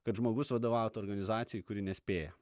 kad žmogus vadovautų organizacijai kuri nespėja